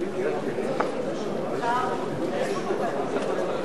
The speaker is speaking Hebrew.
ההסתייגות לחלופין (א)